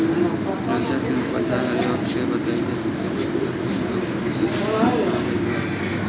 अयोध्या सिंह उपाध्याय हरिऔध के बतइले कि खेती करे खातिर अब भौतिक उपकरण आ गइल बा